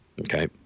okay